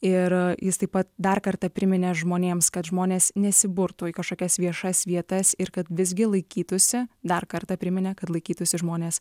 ir jis taip pat dar kartą priminė žmonėms kad žmonės nesiburtų į kažkokias viešas vietas ir kad visgi laikytųsi dar kartą priminė kad laikytųsi žmonės